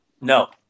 No